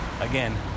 Again